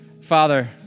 Father